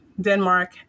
Denmark